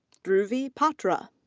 dhruvi patwa.